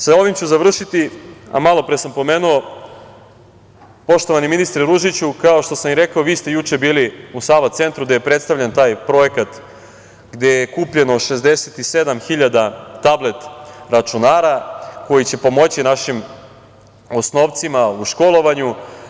Sa ovim ću završiti, a malopre sam pomenuo, poštovani ministre Ružiću, kao što sam i rekao, vi ste juče bili u Sava Centru, gde je predstavljen taj projekat gde je kupljeno 67.000 tablet računara, koji će pomoći našim osnovcima u školovanju.